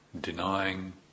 denying